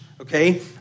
okay